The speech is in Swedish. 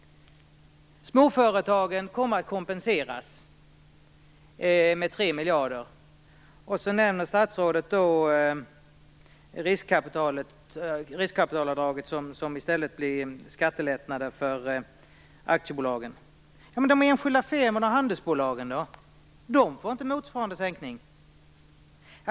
Småföretagen kommer att kompenseras med 3 miljarder sägs det, och så nämner statsrådet att riskkapitalavdraget kommer att ersättas med skattelättnader för aktiebolagen. Men de enskilda firmorna och handelsbolagen då? De får inte motsvarande sänkning.